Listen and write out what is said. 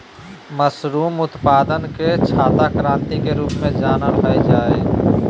mushroom उत्पादन के छाता क्रान्ति के रूप में जानल जाय हइ